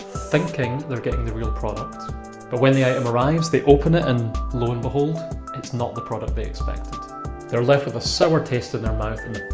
thinking they're getting the real product but when the item arrives, they open it and lo-and-behold it's not the product they expected they're left with a sour taste in their mouth and